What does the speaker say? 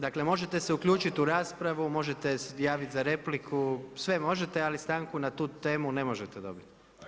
Dakle možete se uključiti u raspravu, možete se javiti za repliku, sve možete ali stanku na tu temu ne možete dobiti.